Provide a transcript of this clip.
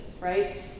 right